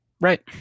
Right